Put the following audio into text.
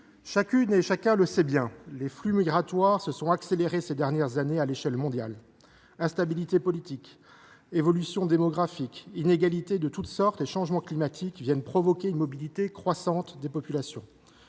chacune et chacun le sait bien : les flux migratoires se sont accélérés ces dernières années à l’échelle mondiale. Instabilité politique, évolutions démographiques, inégalités de toutes sortes et changement climatique provoquent une mobilité croissante des populations.